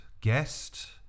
guest